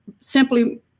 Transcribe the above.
simply